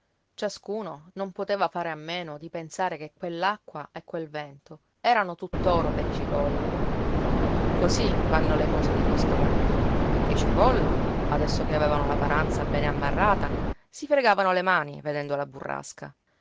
ciascuno non poteva a meno di pensare che quell'acqua e quel vento erano tutt'oro per i cipolla così vanno le cose di questo mondo che i cipolla adesso che avevano la paranza bene ammarrata si fregavano le mani vedendo la burrasca